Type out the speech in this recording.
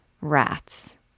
Rats